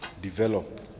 develop